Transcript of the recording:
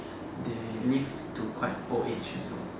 they live to quite old age also